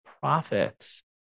profits